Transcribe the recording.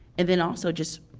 and then also just,